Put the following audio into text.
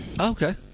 Okay